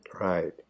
right